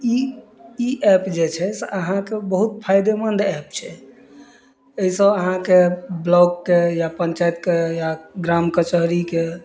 ई app तऽ फायदेमंद app छै एहिसँ अहाँके ब्लॉकके या पञ्चायतके या ग्राम कचहरीके